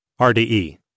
RDE